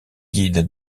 guide